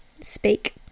speak